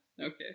okay